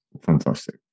Fantastic